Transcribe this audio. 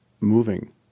moving